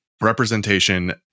representation